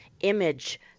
image